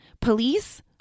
police